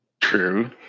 True